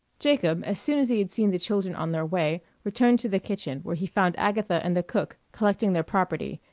jacob, as soon as he had seen the children on their way, returned to the kitchen, where he found agatha and the cook collecting their property,